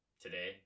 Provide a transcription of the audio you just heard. Today